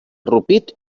rupit